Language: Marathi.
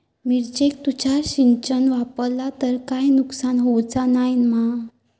मिरचेक तुषार सिंचन वापरला तर काय नुकसान होऊचा नाय मा?